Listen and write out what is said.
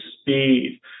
speed